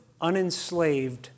unenslaved